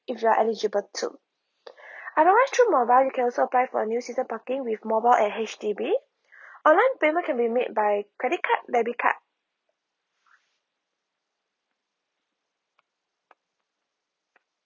if you're eligible to otherwise through mobile you can also apply for a new season parking with mobile at H_D_B online payment can be made by credit card debit card